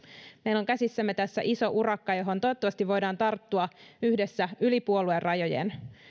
meillä on käsissämme tässä iso urakka johon toivottavasti voimme tarttua yhdessä yli puoluerajojen